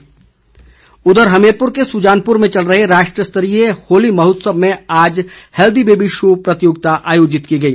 सुजानपुर होली हमीरपुर के सुजानपुर में चल रहे राष्ट्र स्तरीय होली महोत्सव में आज हेल्दी बेबी शो प्रतियोगिता आयोजित की गई